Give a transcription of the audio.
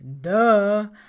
Duh